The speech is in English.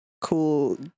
cool